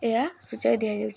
ଏହା ସୁଚାଇ ଦିଆଯାଇଛି